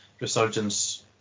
resurgence